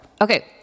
Okay